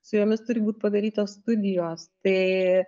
su jomis turi būt padarytos studijos tai